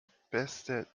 beste